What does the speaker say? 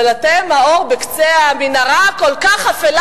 אבל אתם האור בקצה המנהרה הכל-כך אפלה